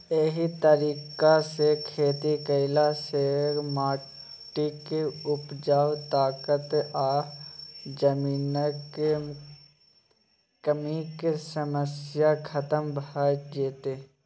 एहि तरीका सँ खेती करला सँ माटिक उपजा ताकत आ जमीनक कमीक समस्या खतम भ जेतै